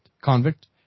convict